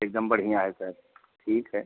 एकदम बढ़िया है सर ठीक है